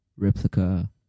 replica